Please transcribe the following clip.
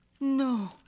No